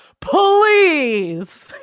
Please